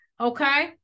Okay